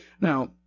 Now